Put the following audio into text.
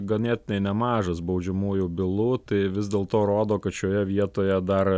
ganėtinai nemažas baudžiamųjų bylų tai vis dėlto rodo kad šioje vietoje dar